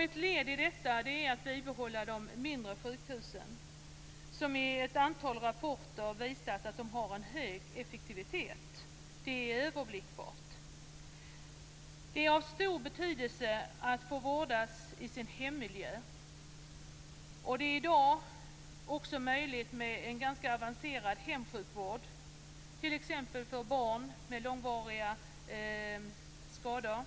Ett led i detta är att bibehålla de mindre sjukhusen, som ett antal rapporter har visat har en hög effektivitet. Det är överblickbart. Det är av stor betydelse att få vårdas i sin hemmiljö, vilket i dag också är möjligt med en ganska avancerad hemsjukvård, t.ex. för barn med långvariga skador